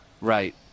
Right